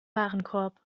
warenkorb